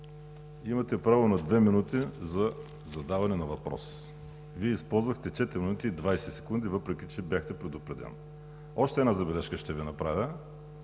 Имате право на две минути за задаване на въпрос. Вие използвахте четири минути и двадесет секунди, въпреки че бяхте предупреден. Още една забележка ще Ви направя.